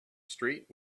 street